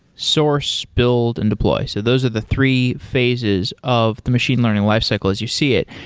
source, build and deploy. so those are the three phases of the machine learning lifecycle as you see it.